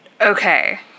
Okay